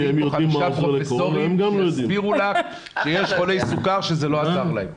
יביאו חמישה פרופסורים שיסבירו לך שיש חולי סכרת שזה לא עזר להם.